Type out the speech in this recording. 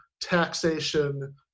taxation